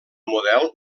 model